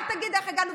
אל תגיד "איך הגענו".